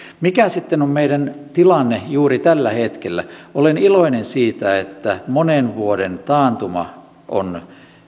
mikä sitten on meidän tilanteemme juuri tällä hetkellä olen iloinen siitä että monen vuoden taantuma on